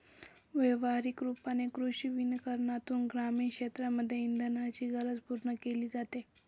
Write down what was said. व्यवहारिक रूपाने कृषी वनीकरनातून ग्रामीण क्षेत्रांमध्ये इंधनाची गरज पूर्ण केली जाते